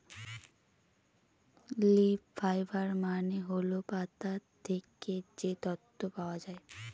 leaf fibre মানে হল পাতা থেকে যে তন্তু পাওয়া যায়